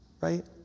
Right